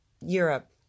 Europe